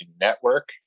Network